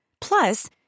Plus